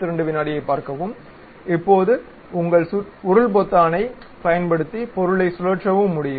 இப்போது உங்கள் உருள் பொத்தானைப் பயன்படுத்தி பொருளைச் சுழற்றவும் முடியும்